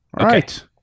right